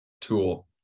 Tool